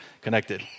connected